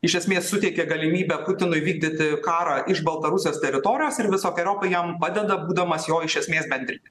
iš esmės suteikė galimybę putinui vykdyti karą iš baltarusijos teritorijos ir visokeriopai jam padeda būdamas jo iš esmės bendrinin